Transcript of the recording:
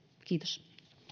kiitos